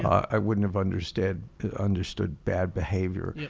i wouldn't have understood understood bad behavior.